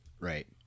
Right